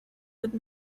would